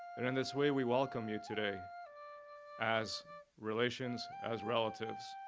and in this way, we welcome you today as relations, as relatives.